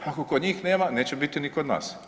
Ako kod njih nema, neće biti ni kod nas.